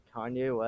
Kanye